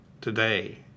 Today